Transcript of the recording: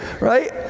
right